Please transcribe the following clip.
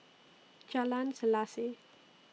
Jalan Selaseh